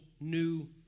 new